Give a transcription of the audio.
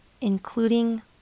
including